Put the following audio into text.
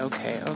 Okay